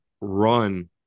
run